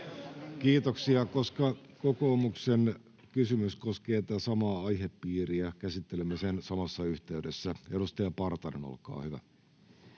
Content: Koska kokoomuksen kysymys koskee tätä samaa aihepiiriä, käsittelemme sen samassa yhteydessä. — Edustaja Partanen, olkaa hyvä.